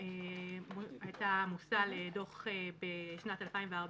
הייתה מושא לדוח בשנת 2014,